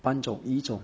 搬走移走